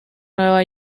nueva